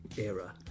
era